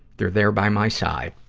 they're there by my side.